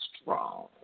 strong